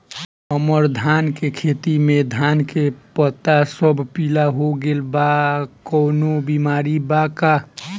हमर धान के खेती में धान के पता सब पीला हो गेल बा कवनों बिमारी बा का?